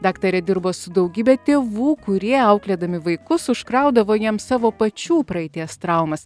daktarė dirbo su daugybe tėvų kurie auklėdami vaikus užkraudavo jiems savo pačių praeities traumas